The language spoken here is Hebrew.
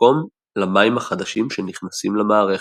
מקום למים החדשים שנכנסים למערכת.